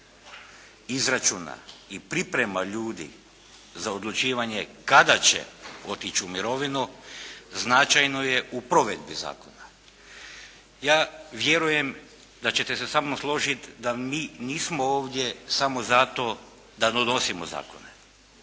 izračuna i priprema ljudi za odlučivanje kada će otići u mirovinu, značajno je u provedbi zakona. Ja vjerujem da ćete se sa mnom složiti da mi nismo ovdje samo zato da donosimo zakone